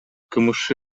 кмш